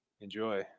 enjoy